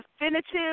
definitive